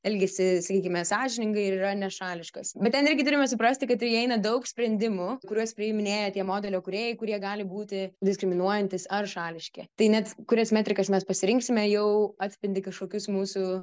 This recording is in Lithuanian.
elgiasi sakykime sąžiningai ir yra nešališkas bet ten irgi turime suprasti kad įeina daug sprendimų kuriuos priiminėja tie modelio kūrėjai kurie gali būti diskriminuojantys ar šališki tai net kurias metrikas mes pasirinksime jau atspindi kažkokius mūsų